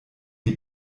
die